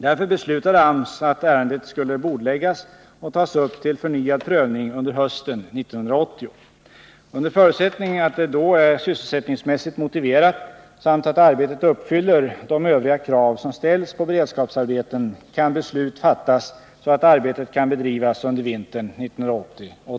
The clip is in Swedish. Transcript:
Därför beslutade AMS att ärendet skulle bordläggas och tas upp till förnyad prövning under hösten 1980. Under förutsättning att det då är sysselsättningsmässigt motiverat samt att arbetet uppfyller de övriga krav som ställs på beredskapsarbeten kan beslut fattas så att arbetet kan bedrivas under vintern 1980/81.